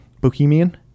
Bohemian